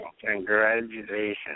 Congratulations